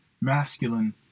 masculine